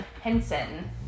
Henson